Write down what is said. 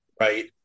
Right